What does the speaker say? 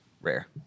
rare